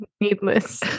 needless